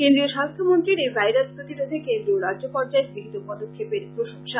কেন্দ্রীয় স্বাস্থ্যমন্ত্রীর এই ভাইরাস প্রতিরোধে কেন্দ্র ও রাজ্য পর্যায়ে গৃহীত পদক্ষেপের প্রশ্ংসা